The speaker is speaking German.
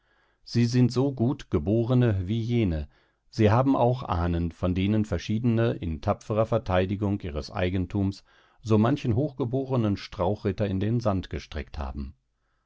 sie sind so gut geborene wie jene sie haben auch ahnen von denen verschiedene in tapferer verteidigung ihres eigentums so manchen hochgeborenen strauchritter in den sand gestreckt haben